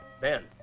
Ben